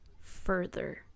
further